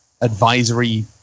advisory